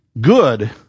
good